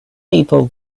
people